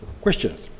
questions